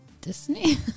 Disney